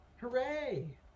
hooray